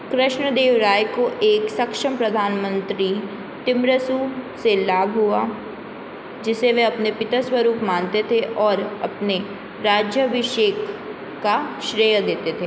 कृष्णदेवराय को एक सक्षम प्रधान मंत्री तिमरसु से लाभ हुआ जिसे वे अपने पिता स्वरूप मानते थे और अपने राज्याभिषेक का श्रेय देते थे